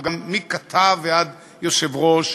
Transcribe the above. מִכַּתָּב ועד יושב-ראש,